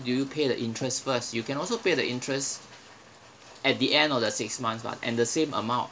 do you pay the interest first you can also pay the interest at the end of the six months [what] and the same amount